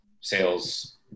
sales